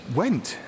went